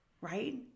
Right